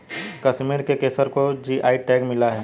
कश्मीर के केसर को जी.आई टैग मिला है